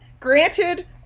Granted